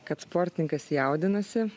kad sportininkas jaudinasi